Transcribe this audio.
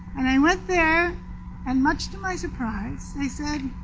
and i went there and much to my surprise they said